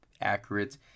accurate